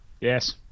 Yes